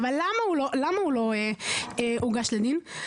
ולמה הוא לא הועמד לדין?